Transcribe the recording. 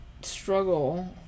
struggle